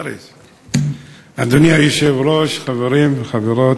אדוני היושב-ראש, חברים, חברות,